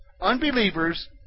Unbelievers